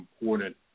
important